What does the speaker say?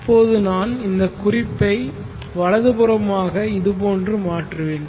இப்போது நான் இந்த குறிப்பை வலதுபுறமாக இது போன்று மாற்றுவேன்